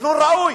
ותכנון ראוי?